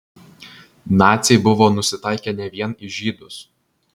naciai buvo nusitaikę ne vien į žydus